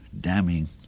damning